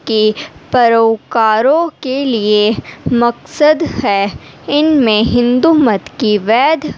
کی پیروکاروں کے لیے مقصد ہے ان میں ہندو مت کی وید